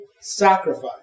sacrifice